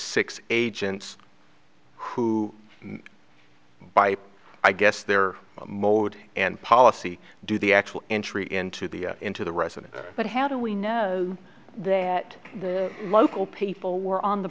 six agents who by i guess their mode and policy do the actual entry into the into the residence but how do we know that the local people were on the